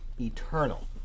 eternal